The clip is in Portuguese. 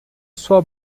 sua